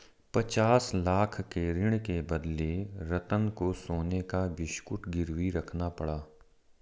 पचास लाख के ऋण के बदले रतन को सोने का बिस्कुट गिरवी रखना पड़ा